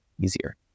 easier